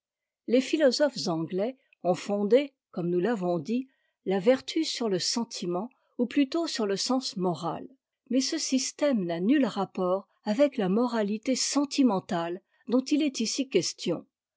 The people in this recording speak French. les philosophes anglais ont fondé comme nous l'avons dit la vertu sur le sentiment ou plutôt sur le sens moral mais ce système n'a nul rapport jvee la moralité mk ek a e dont il est ici question